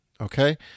okay